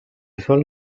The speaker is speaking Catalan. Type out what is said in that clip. sol